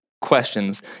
questions